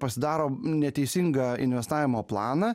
pasidaro neteisingą investavimo planą